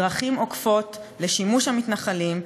דרכים עוקפות לשימוש המתנחלים,